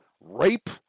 Rape